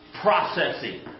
processing